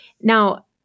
Now